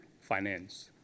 finance